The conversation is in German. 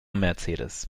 mercedes